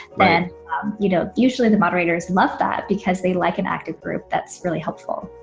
then you know usually the moderators love that because they like an active group that's really helpful.